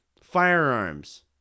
Firearms